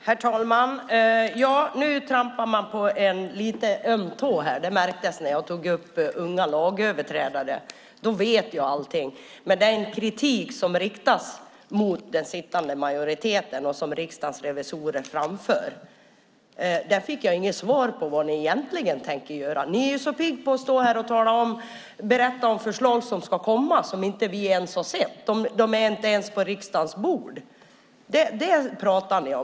Herr talman! Jag märkte att jag trampade på en lite öm tå när jag tog upp frågan om unga lagöverträdare och den kritik som riktas mot den sittande majoriteten från Riksdagens revisorer. Jag fick inget svar på vad ni egentligen tänker göra. Ni är så pigga på att stå här och berätta om förslag som ska komma och som vi inte ens har sett. De finns inte ens på riksdagens bord. Det pratar ni om.